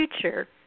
Future